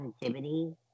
positivity